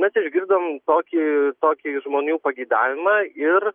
mes išgirdom tokį tokį žmonių pageidavimą ir